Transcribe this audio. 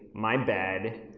my bed,